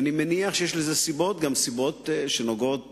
אני מניח שיש לזה סיבות, גם סיבות שנוגעות